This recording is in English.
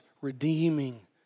redeeming